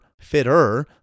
fitter